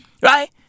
Right